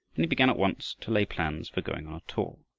and he began at once to lay plans for going on a tour.